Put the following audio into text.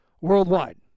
worldwide